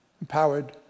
empowered